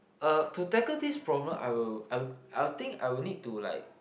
uh to tackle this problem I will I will I will think I will need to like